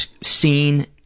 seen